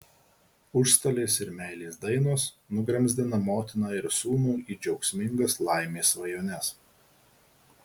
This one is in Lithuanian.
užstalės ir meilės dainos nugramzdina motiną ir sūnų į džiaugsmingas laimės svajones